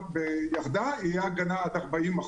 ירדה תהיה הגנה עד 40%,